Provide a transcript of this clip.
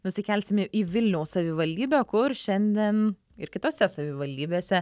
nusikelsime į vilniaus savivaldybę kur šiandien ir kitose savivaldybėse